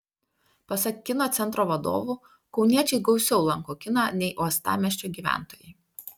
pasak kino centro vadovų kauniečiai gausiau lanko kiną nei uostamiesčio gyventojai